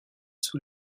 sous